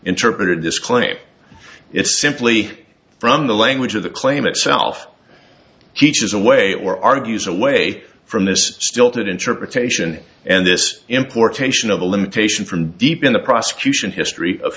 interpreted this claim it's simply from the language of the claim itself teachers away or argues away from this stilted interpretation and this importation of the limitation from deep in the prosecution history of